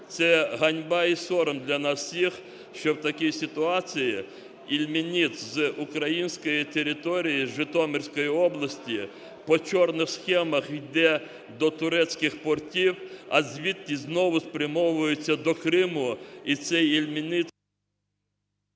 Це ганьба і сором для нас всіх, що в такій ситуації ільменіт з української території, з Житомирської області, по чорних схемах йде до турецьких портів, а звідти знову спрямовується до Криму. І цей ільменіт…